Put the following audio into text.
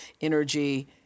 energy